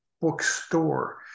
bookstore